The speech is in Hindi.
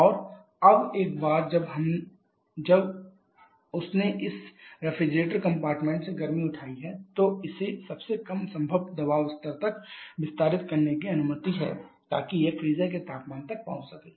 और अब एक बार जब उसने इस रेफ्रिजरेटर कंपार्टमेंट से गर्मी उठाई है तो इसे सबसे कम संभव दबाव स्तर तक विस्तारित करने की अनुमति है ताकि यह फ्रीजर के तापमान तक पहुंच सके